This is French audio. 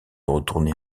retourner